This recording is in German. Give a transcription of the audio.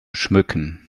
schmücken